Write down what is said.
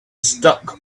stuck